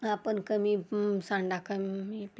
आपण कमी सांडा कमी प्या